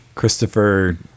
Christopher